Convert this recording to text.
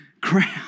Crap